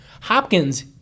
Hopkins